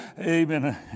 Amen